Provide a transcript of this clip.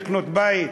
לקנות בית?